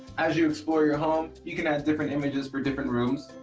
as you explore your home, you can add different images for different rooms,